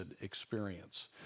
experience